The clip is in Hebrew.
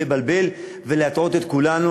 לבלבל ולהטעות את כולנו.